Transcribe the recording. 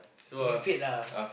feeling fade lah